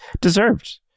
deserved